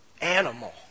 animal